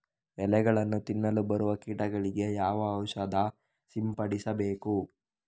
ಎಲೆಗಳನ್ನು ತಿನ್ನಲು ಬರುವ ಕೀಟಗಳಿಗೆ ಯಾವ ಔಷಧ ಸಿಂಪಡಿಸಬೇಕು?